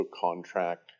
contract